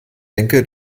denke